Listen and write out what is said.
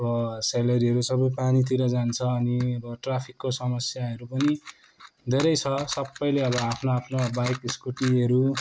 अब सेलेरीहरू सबै पानीतिर जान्छ अनि अब ट्राफिकको समस्याहरू पनि धेरै छ सबैले अब आफ्नो आफ्नो बाइक स्कुटीहरू